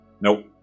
Nope